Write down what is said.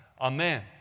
Amen